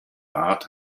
art